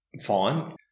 fine